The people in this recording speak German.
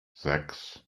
sechs